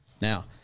Now